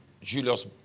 Julius